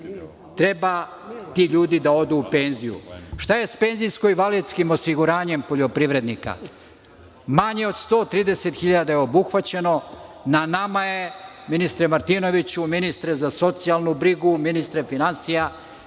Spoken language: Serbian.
Treba ti ljudi da odu u penziju. Šta je sa penzijsko-invalidskim osiguranjem poljoprivrednika? Manje od 130 hiljada je obuhvaćeno. Na nama je, ministre Martinoviću, ministre za socijalnu brigu, ministre finansija,